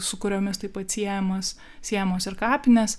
su kuriomis taip pat siejamas siejamos ir kapinės